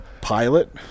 pilot